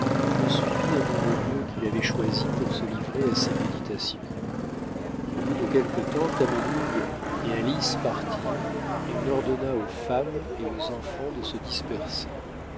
le suivirent dans le lieu qu'il avait choisi pour se livrer à ses méditations au bout de quelque temps tamenund et alice partirent et on ordonna aux femmes et aux enfants de se